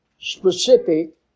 specific